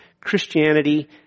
Christianity